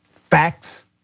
facts